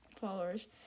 followers